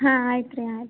ಹಾಂ ಆಯ್ತು ರೀ ಆಯ್ತು